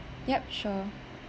yup sure